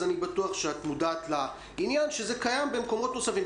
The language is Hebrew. אז אני בטוח שאת מודעת לכך שזה קיים במקומות נוספים.